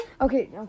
okay